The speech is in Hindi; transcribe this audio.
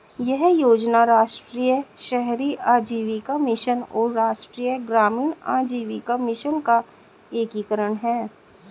यह योजना राष्ट्रीय शहरी आजीविका मिशन और राष्ट्रीय ग्रामीण आजीविका मिशन का एकीकरण है